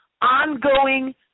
ongoing